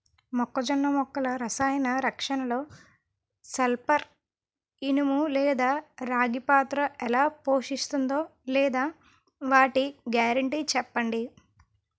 మొక్కజొన్న మొక్కల రసాయన రక్షణలో సల్పర్, ఇనుము లేదా రాగి పాత్ర ఎలా పోషిస్తుందో లేదా వాటి గ్యారంటీ చెప్పండి